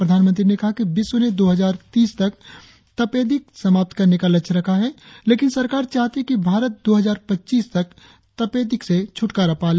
प्रधानमंत्री ने कहा कि विश्व ने दो हजार तीस तक तपेदिक समाप्त करने का लक्ष्य रखा है लेकिन सरकार चाहती है कि भारत दो हजार पच्चीस तक तपेदिक से छूटकारा पा ले